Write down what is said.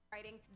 Writing